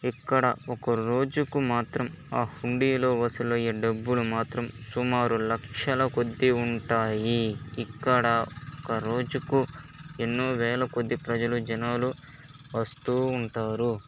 ఇక్కడ ఒక్క రోజుకు మాత్రం ఆ హుండిలో వసూలయ్యే డబ్బులు మాత్రం సుమారు లక్షలకొద్ది ఉంటాయి ఇక్కడ ఒక్క రోజుకు ఎన్నో వేలకొద్ది ప్రజలు జనాలు వస్తూ ఉంటారు